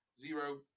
zero